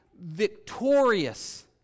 victorious